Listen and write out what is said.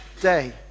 day